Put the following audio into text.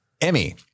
Emmy